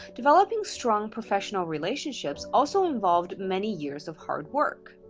developing strong professional relationships also involved many years of hardwork.